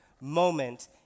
moment